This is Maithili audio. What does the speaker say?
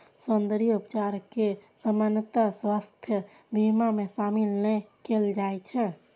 सौंद्रर्य उपचार कें सामान्यतः स्वास्थ्य बीमा मे शामिल नै कैल जाइ छै